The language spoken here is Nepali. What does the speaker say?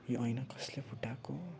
यो ऐना कसले फुटाएको